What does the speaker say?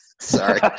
Sorry